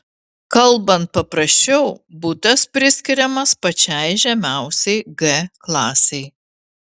kalbant paprasčiau butas priskiriamas pačiai žemiausiai g klasei